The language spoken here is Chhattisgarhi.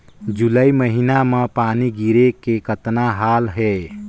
जुलाई महीना म पानी गिरे के कतना हाल हे?